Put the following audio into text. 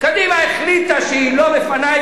קדימה החליטה שהיא לא מפנה,